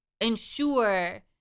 ensure